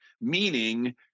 meaning